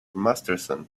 masterson